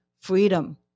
freedom